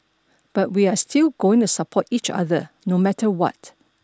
but we are still going to support each other no matter what